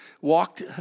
walked